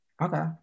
okay